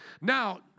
Now